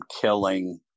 killing